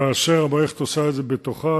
כאשר המערכת עושה את זה בתוכה,